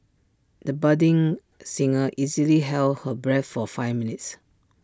the budding singer easily held her breath for five minutes